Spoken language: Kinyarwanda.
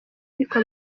ariko